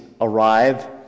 arrive